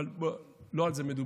אבל לא על זה מדובר.